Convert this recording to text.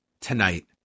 tonight